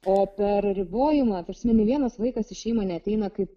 o per ribojimą ta prasme nė vienas vaikas į šeimą neateina kaip